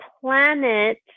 planet